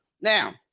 Now